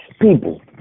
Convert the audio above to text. People